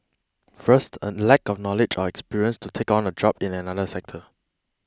first a lack of knowledge or experience to take on a job in another sector